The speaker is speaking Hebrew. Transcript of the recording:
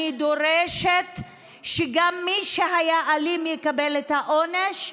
אני דורשת גם שמי שהיה אלים יקבל את העונש,